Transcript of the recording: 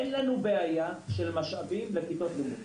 אין לנו בעיה של משאבים לכיתות לימוד.